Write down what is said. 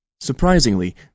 Surprisingly